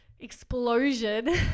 explosion